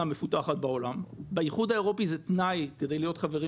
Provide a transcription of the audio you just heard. מפותחת בעולם; באיחוד האירופי זה תנאי כדי להיות חברים